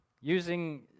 Using